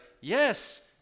yes